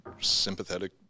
sympathetic